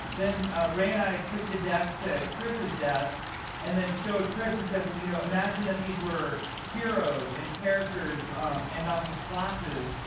then ray and i took the deck to chris's desk and showed chris, and said, you know imagine that these were heroes and characters and not just classes,